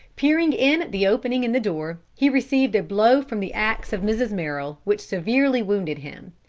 peering in at the opening in the door he received a blow from the ax of mrs. merrill which severely wounded him.